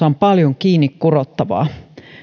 on paljon kiinni kurottavaa